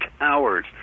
hours